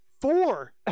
four